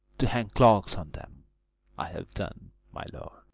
to hang clogs on them i have done, my lord.